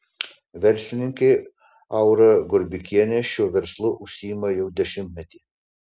verslininkė aura gorbikienė šiuo verslu užsiima jau dešimtmetį